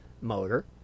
motor